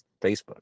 Facebook